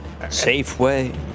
Safeway